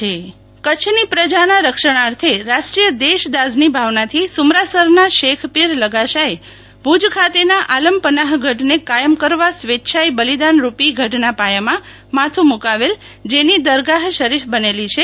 શિતલ વૈશ્નવ શેખપીરને ચાદરપોશી કચ્છની પ્રજાના રક્ષણાર્થે રાષ્ટ્રીય દેશદાઝની ભાવનાથી સુમરાસરના શેખપીર લધાશાએ ભુજ ખાતેના આલમપન્નાહ ગઢને કાયમ કરવા સ્વેચ્છાએ બલિદાનરચ્યી ગઢના પાયામાં માથુ મુકાવેલ જેની દરગાહ શરીફ બનેલી છે